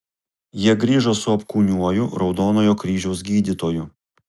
jie grįžo su apkūniuoju raudonojo kryžiaus gydytoju